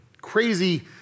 crazy